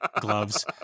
gloves